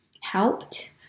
helped